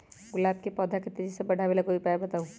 गुलाब के पौधा के तेजी से बढ़ावे ला कोई उपाये बताउ?